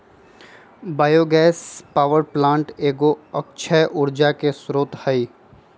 bio gas power plant एगो अक्षय ऊर्जा के स्रोत हइ